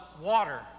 water